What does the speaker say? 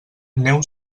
neu